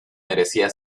merecía